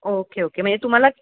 okay okay म्हणजे तुम्हाला